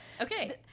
Okay